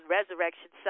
Resurrection